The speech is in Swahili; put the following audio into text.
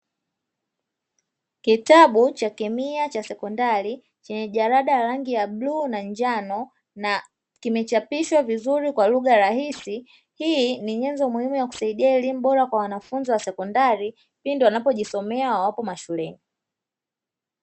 Kitabu cha kemia cha sekondari chenye jarada ya rangi ya bluu na njano na kimechapishwa vizuri kwa lugha rahisi, hii ni nyenzo muhimu ya kusahidia elimu bora kwa wanafunzi wa sekondari, pindi wanapojisomea wawapo mashuleni.